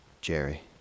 Jerry